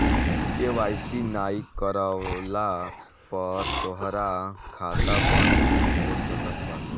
KYC नाइ करववला पअ तोहार खाता बंद भी हो सकत बाटे